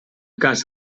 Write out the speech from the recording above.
cas